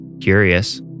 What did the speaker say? Curious